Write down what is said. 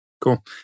Cool